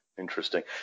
interesting